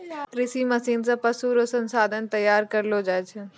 कृषि मशीन से पशु रो संसाधन तैयार करलो जाय छै